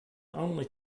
only